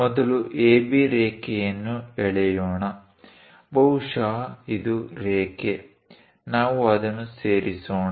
ಮೊದಲು AB ರೇಖೆಯನ್ನು ಎಳೆಯೋಣ ಬಹುಶಃ ಇದು ರೇಖೆ ನಾವು ಅದನ್ನು ಸೇರಿಸೋಣ